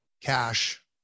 cash